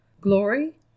glory